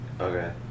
Okay